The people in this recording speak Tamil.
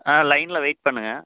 ஆ லைனில் வெயிட் பண்ணுங்கள்